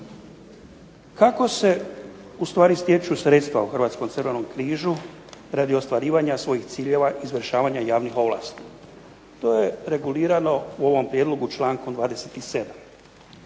Kako se u stvari stječu sredstva u Hrvatskom Crvenom križu radi ostvarivanja svojih ciljeva i izvršavanja javnih ovlasti? To je regulirano u ovom prijedlogu člankom 27.